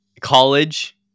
College